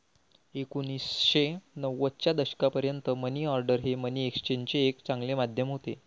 एकोणीसशे नव्वदच्या दशकापर्यंत मनी ऑर्डर हे मनी एक्सचेंजचे एक चांगले माध्यम होते